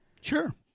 Sure